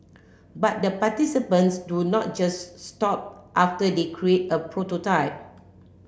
but the participants do not just stop after they create a prototype